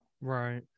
Right